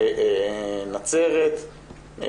נצרת,